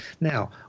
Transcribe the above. Now